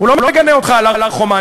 הוא לא מגנה אותך על הר-חומה,